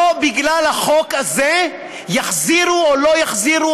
לא בגלל החוק הזה יחזירו או לא יחזירו